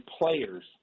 players